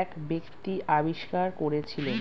এক ব্যক্তি আবিষ্কার করেছিলেন